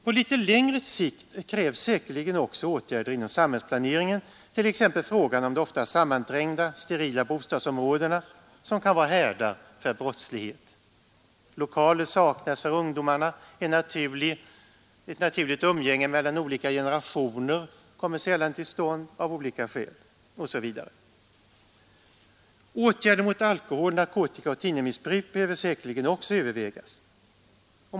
På litet längre sikt krävs säkerligen också åtgärder inom samhällsplaneringen, t.ex. i fråga om de ofta sammanträngda, sterila bostadsområdena, som kan vara härdar för brottslighet. Lokaler saknas för ungdomarna, ett naturligt umgänge mellan olika generationer kommer av olika skäl sällan till stånd, osv. Åtgärder mot alkohol-, narkotikaoch thinnermissbruk behöver säkerligen också övervägas.